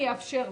אני אאפשר לו,